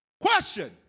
Question